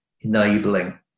enabling